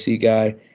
guy